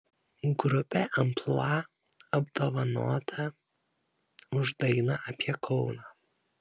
grupė amplua apdovanota už dainą apie kauną